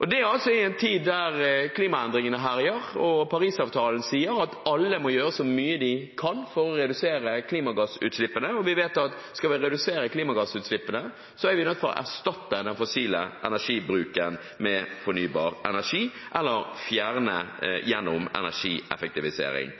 Dette skjer altså i en tid der klimaendringene herjer, og Paris-avtalen sier at alle må gjøre så mye de kan for å redusere klimagassutslippene. Vi vet at skal vi redusere klimagassutslippene, er vi nødt til å erstatte den fossile energibruken med fornybar energi eller fjerne den gjennom